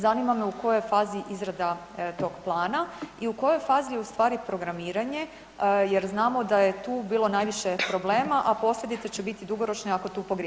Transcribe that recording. Zanima me u kojoj je fazi izrada tog plana i u kojoj je fazi ustvari programiranje jer znamo da je tu bilo najviše problema a posljedice će biti dugoročne ako tu pogriješimo?